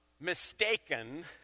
mistaken